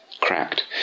cracked